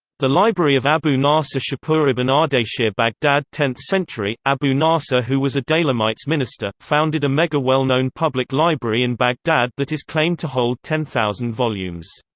the library of abu-nasr shapur ibn ardeshir baghdad tenth century abu-nasr who who was a daylamites' minister, founded a mega well-known public library in baghdad that is claimed to hold ten thousand volumes.